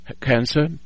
Cancer